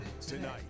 tonight